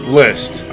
list